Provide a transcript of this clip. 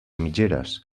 mitgeres